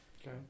Okay